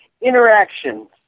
Interactions